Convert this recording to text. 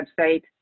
website